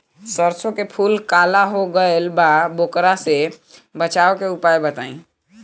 सरसों के फूल काला हो गएल बा वोकरा से बचाव के उपाय बताई?